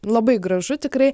bu labai gražu tikrai